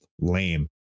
lame